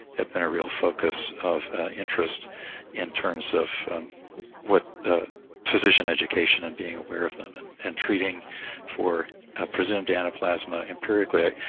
have been a real focus of interest in terms of what the physician education and being aware of them and and treating for presumed anaplasma empirically.